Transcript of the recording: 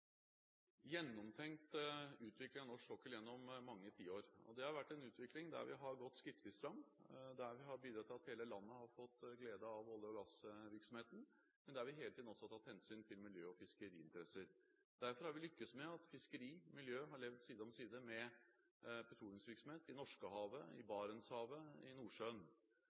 gjennomtenkt utvikling av norsk sokkel gjennom mange tiår. Det har vært en utvikling der vi har gått skrittvis fram, der vi har bidratt til at hele landet har fått glede av olje- og gassvirksomheten, men der vi hele tiden også har tatt hensyn til miljø- og fiskeriinteresser. Derfor har vi lyktes med at fiskeri og miljø har levd side om side med petroleumsvirksomheten i Norskehavet, i Barentshavet og i Nordsjøen.